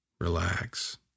Relax